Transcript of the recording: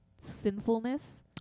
sinfulness